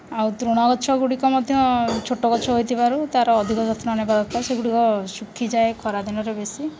ଆଉ ତୃଣା ଗଛଗୁଡ଼ିକ ମଧ୍ୟ ଛୋଟ ଗଛ ହୋଇଥିବାରୁ ତା'ର ଅଧିକ ଯତ୍ନ ନେବା ଦରକାର ସେଗୁଡ଼ିକ ଶୁଖିଯାଏ ଖରାଦିନରେ ବେଶୀ